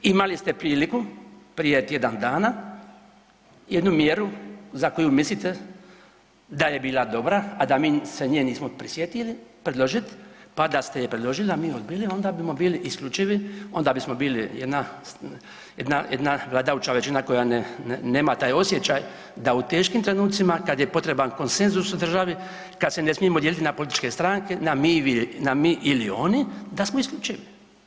Imali ste priliku prije tjedan dana, jednu mjeru za koju mislite da je bila dobra, a da mi se nje nismo prisjetili predložiti, pa da ste je predložili a mi odbili onda bismo bili isključivi, onda bismo bili jedna vladajuća većina koja nema taj osjećaj da u teškim trenucima kad je potreban konsenzus u državi, kad se ne smijemo dijeliti na političke stranke, na mi ili oni da smo isključivi.